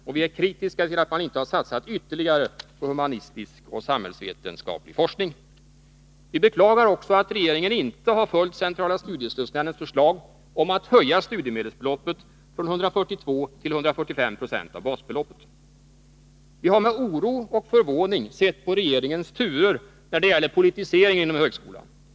Och vi är kritiska till att man inte har satsat ytterligare på humanistisk och samhällsvetenskaplig forskning. Vi beklagar också, att regeringen inte har följt centrala studiestödsnämndens förslag om att höja studiemedelsbeloppet från 142 96 till 145 2 av basbeloppet. Vi har med oro och förvåning sett på regeringens turer när det gäller politiseringen inom högskolan.